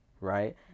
right